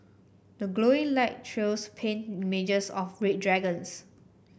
the glowing light trails paint images of read dragons